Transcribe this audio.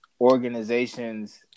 organizations